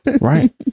right